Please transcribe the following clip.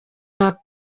nka